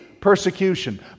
persecution